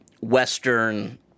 Western